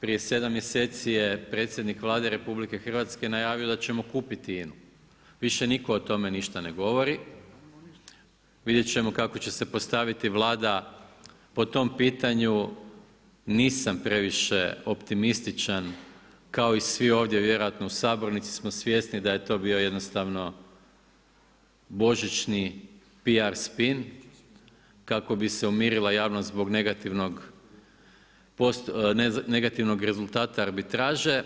Prije 7 mjeseci je predsjednik Vlade RH najavio da ćemo kupiti INU, više nitko o tome ništa ne govori, vidjet ćemo kako će se postaviti Vlada po tom pitanju, nisam previše optimističan kao i svi ovdje vjerojatno u sabornici smo svjesni da je to bio jednostavno božićni PR spin, kako bi se umirala javnost zbog negativnog rezultata arbitraže